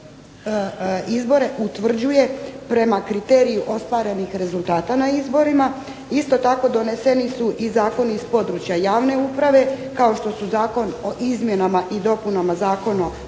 izbore utvrđuje prema kriteriju ostvarenih rezultata na izborima. Isto tako, doneseni su i zakoni iz područja javne uprave kao što su Zakon o izmjenama i dopunama Zakona